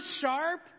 sharp